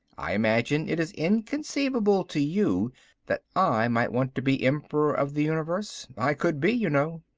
i imagine it is inconceivable to you that i might want to be emperor of the universe. i could be, you know.